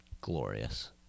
glorious